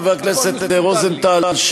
חבר הכנסת רוזנטל,